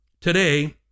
Today